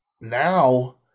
now